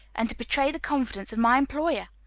and to betray the confidence of my employer!